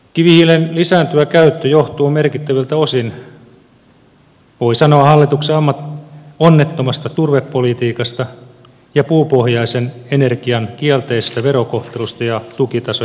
kivihiilen lisääntyvä käyttö johtuu merkittäviltä osin voi sanoa hallituksen onnettomasta turvepolitiikasta ja puupohjaisen energian kielteisestä verokohtelusta ja tukitasojen leikkaamisesta